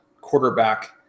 quarterback